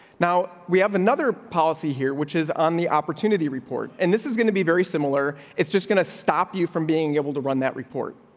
now, we have another policy here, which is on the opportunity report, and this is going to be very similar. it's just gonna stop you from being able to run that report.